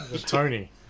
Tony